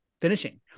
finishing